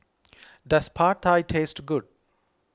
does Pad Thai taste good